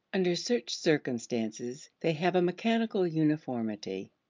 under such circumstances, they have a mechanical uniformity,